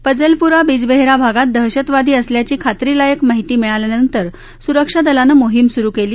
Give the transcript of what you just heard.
पजलपूरा बिजबेहरा भागात दहशतवादी असल्याची खात्रीलायक माहिती मिळाल्यानंतर सुरक्षा दलानं मोहिम सुरु केली